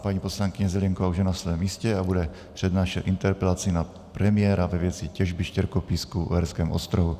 Paní poslankyně Zelienková už je na svém místě a bude přednášet interpelaci na premiéra ve věci těžby štěrkopísku v Uherském Ostrohu.